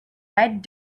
red